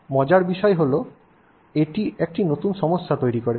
মজার বিষয় এখন এটি একটি নতুন সমস্যা তৈরি করে